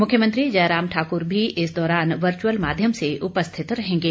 मुख्यमंत्री जयराम ठाकुर भी इस दौरान वर्चुअल माध्यम से उपस्थित रहेंगे